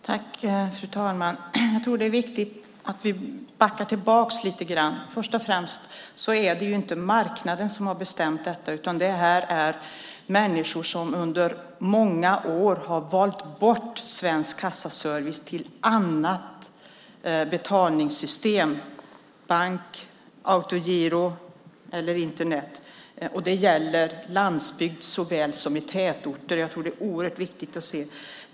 Fru talman! Jag tror att det är viktigt att vi backar tillbaka lite grann. Först och främst är det inte marknaden som bestämt detta, utan det handlar om människor som under många år valt bort Svensk Kassaservice till förmån för annat betalningssystem - bank, autogiro eller Internet. Det gäller landsbygd såväl som tätort, vilket är viktigt att inse.